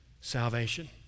salvation